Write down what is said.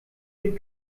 den